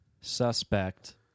suspect